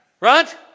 right